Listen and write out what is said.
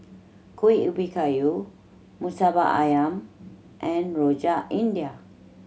Kueh Ubi Kayu Murtabak Ayam and Rojak India